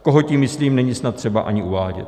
Koho tím myslím, není snad třeba ani uvádět.